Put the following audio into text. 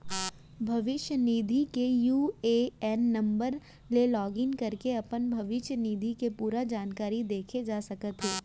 भविस्य निधि के यू.ए.एन नंबर ले लॉगिन करके अपन भविस्य निधि के पूरा जानकारी देखे जा सकत हे